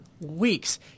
weeks